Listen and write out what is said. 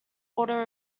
auto